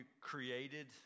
created